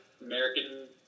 American